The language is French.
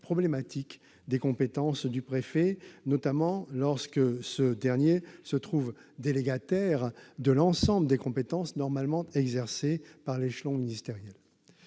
des compétences du préfet, notamment lorsque ce dernier se trouve délégataire de l'ensemble des compétences normalement exercées par l'échelon ministériel.